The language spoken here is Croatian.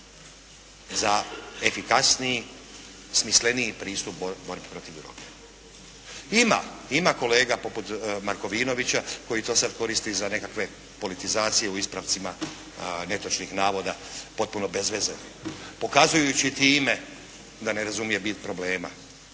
za efikasniji, smisleniji pristup borbi protiv droge. Ima, ima kolega poput Markovinovića koji to sad koristi za nekakve politizacije u ispravcima netočnih navoda, potpuno bez veze, pokazujući time da ne razumije bit problema.